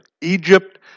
Egypt